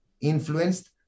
influenced